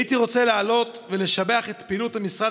הייתי רוצה לעלות ולשבח את פעילות משרד